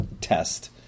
test